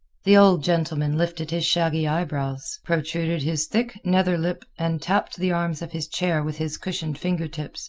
the old gentleman lifted his shaggy eyebrows, protruded his thick nether lip, and tapped the arms of his chair with his cushioned fingertips